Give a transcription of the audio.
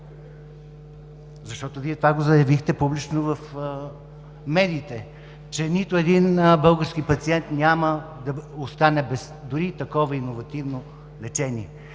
Защото Вие това го заявихте публично в медиите, че нито един български пациент няма да остане без дори такова иновативно лечение.